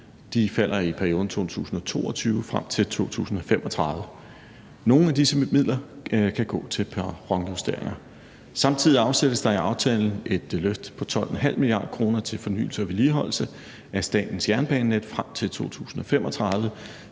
De falder i perioden 2022 frem til 2035. Nogle af disse midler kan gå til perronjusteringer. Samtidig afsættes der i aftalen 12,5 mia. kr. som et løft til fornyelse og vedligeholdelse af statens jernbanenet frem til 2035.